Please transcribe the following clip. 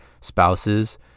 spouses